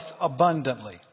abundantly